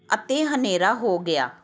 ਅਤੇ ਹਨੇਰਾ ਹੋ ਗਿਆ